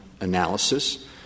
analysis